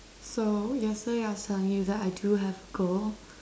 so yesterday I was telling you that I do have a goal